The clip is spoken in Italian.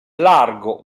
largo